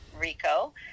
RICO